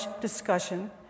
discussion